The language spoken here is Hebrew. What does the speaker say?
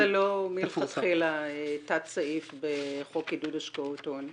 למה זה לא מ- -- התת סעיף בחוק עידוד השקעות הון?